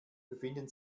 befinden